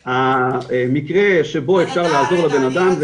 המקרה שבו אפשר לעזור לבנאדם,